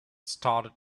started